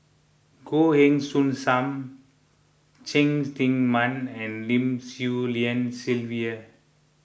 Goh Heng Soon Sam Cheng Tsang Man and Lim Swee Lian Sylvia